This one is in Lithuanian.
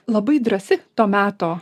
labai drąsi to meto